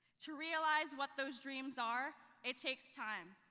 to realize what those dreams are, it takes time.